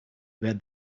where